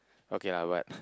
ok I would add